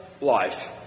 life